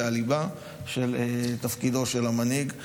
זו הליבה של תפקידו של המנהיג,